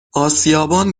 اسیابان